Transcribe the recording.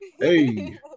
hey